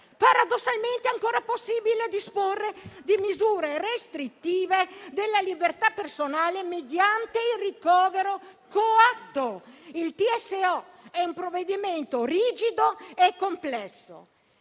paradossalmente è ancora possibile disporre di misure restrittive della libertà personale mediante il ricovero coatto, il TSO è un provvedimento rigido e complesso.